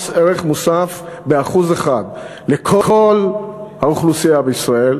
ערך מוסף ב-1% לכל האוכלוסייה בישראל,